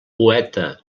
poeta